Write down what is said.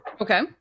Okay